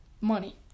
Money